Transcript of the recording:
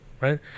right